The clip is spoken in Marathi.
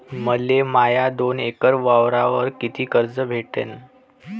मले माया दोन एकर वावरावर कितीक कर्ज भेटन?